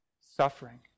suffering